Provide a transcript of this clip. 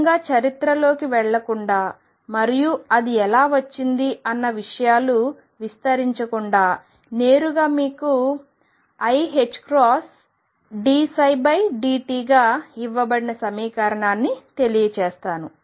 నిజంగా చరిత్రలోకి వెళ్లకుండా మరియు అది ఎలా వచ్చింది అన్న విషయాలు విస్తరించకుండా నేరుగా మీకు iℏdψdtగా ఇవ్వబడిన సమీకరణాన్ని తెలియజేస్తాను